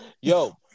yo